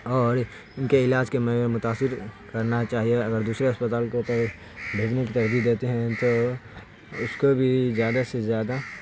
اور ان کے علاج کے متاثر کرنا چاہیے اگر دوسرے اسپتال کو پہ بھیجنے کی ترغیب دیتے ہیں تو اس کو بھی زیادہ سے زیادہ